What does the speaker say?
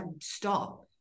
stop